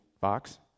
box